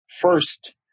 first